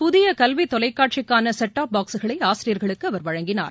புதிய கல்வி தொலைக்காட்சிக்கான செட்ஆப் பாக்ஸ்களை ஆசிரியர்களுக்கு அவர் வழங்கினார்